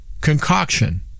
concoction